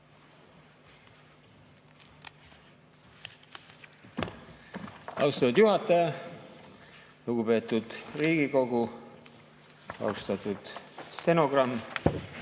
Austatud juhataja! Lugupeetud Riigikogu! Austatud stenogramm!